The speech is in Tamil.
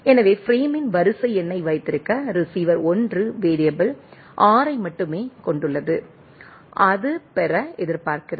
எனவே பிரேமின் வரிசை எண்ணை வைத்திருக்க ரிசீவர் 1 வேரியபிள் R ஐ மட்டுமே கொண்டுள்ளது அது பெற எதிர்பார்க்கிறது